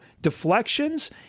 deflections